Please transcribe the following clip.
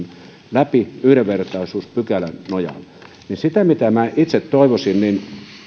läpi yhdenvertaisuuspykälän nojalla minä itse näkisin niin että